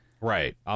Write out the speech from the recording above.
Right